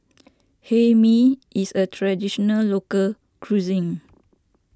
Hae Mee is a Traditional Local Cuisine